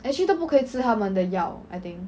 actually 都不可以吃他们的药 I think